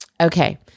Okay